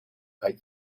bij